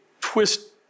twist